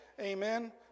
Amen